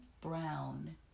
brown